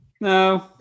no